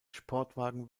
sportwagen